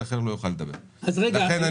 היום ואין לנו מספיק זמן.